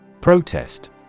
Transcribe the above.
Protest